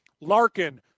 larkin